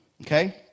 Okay